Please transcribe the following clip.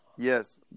Yes